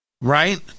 right